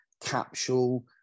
capsule